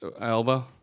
elbow